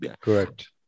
Correct